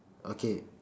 okay